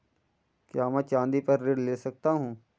क्या मैं चाँदी पर ऋण ले सकता हूँ?